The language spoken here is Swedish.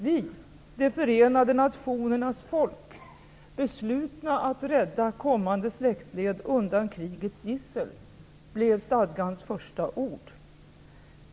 "Vi, de förenade nationernas folk, beslutna att rädda kommande släktled undan krigets gissel -" blev stadgans första ord.